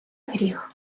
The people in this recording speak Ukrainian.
гріх